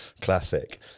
Classic